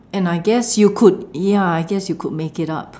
and I guess you could ya I guess you could make it up